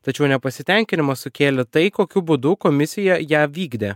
tačiau nepasitenkinimą sukėlė tai kokiu būdu komisija ją vykdė